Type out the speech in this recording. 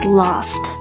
lost